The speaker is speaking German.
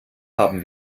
haben